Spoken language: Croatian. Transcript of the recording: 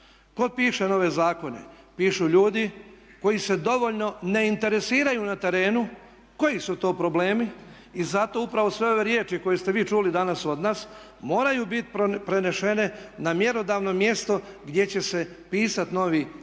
Tko piše nove zakone? Pišu ljudi koji se dovoljno ne interesiraju na terenu koji su to problemi i zato upravo sve ove riječi koje ste vi čuli danas od nas moraju bit prenešene na mjerodavno mjesto gdje će se pisat novi zakoni